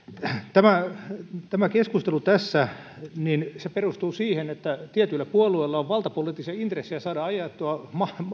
tämä tämä keskustelu tässä perustuu siihen että tietyillä puolueilla on valtapoliittisia intressejä saada ajettua